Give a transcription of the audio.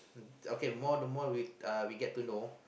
okay the more the more we get to know